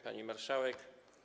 Pani Marszałek!